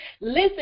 Listen